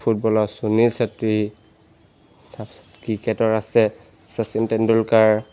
ফুটবলৰ সুনীল চেত্ৰী তাৰপিছত ক্ৰিকেটৰ আছে শচীন তেণ্ডুলকাৰ